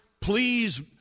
please